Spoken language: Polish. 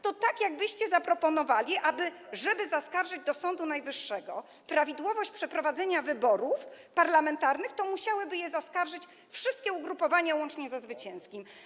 To jak jakbyście zaproponowali: żeby zaskarżyć do Sądu Najwyższego prawidłowość przeprowadzenia wyborów parlamentarnych, to musiałyby je zaskarżyć wszystkie ugrupowania łącznie ze zwycięskim.